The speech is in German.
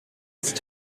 ist